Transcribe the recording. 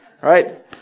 Right